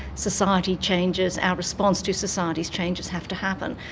society changes, our response to society's changes have to happen,